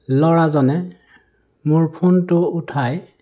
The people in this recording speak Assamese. ল'ৰাজনে মোৰ ফোনটো উঠাই